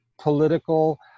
political